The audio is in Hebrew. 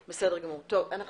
בוקר טוב, אנחנו